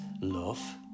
love